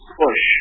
push